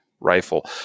rifle